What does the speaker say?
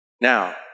Now